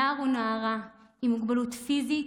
נער ונערה עם מוגבלויות פיזית,